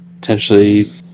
potentially